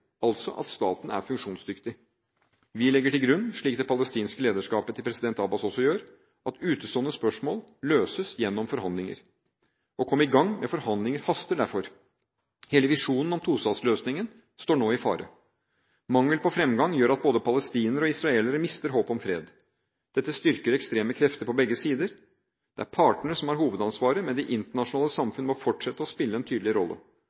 altså at staten er funksjonsdyktig. Vi legger til grunn, slik det palestinske lederskapet til president Abbas også gjør, at utestående spørsmål løses gjennom forhandlinger. Å komme i gang med forhandlinger haster derfor. Hele visjonen om tostatsløsningen er nå i fare. Mangel på fremgang gjør at både palestinere og israelere mister håpet om fred. Dette styrker ekstreme krefter på begge sider. Det er partene som har hovedansvaret, men det internasjonale samfunn må fortsette å spille en tydelig rolle.